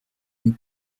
and